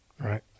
right